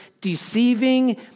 deceiving